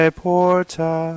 porta